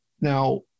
Now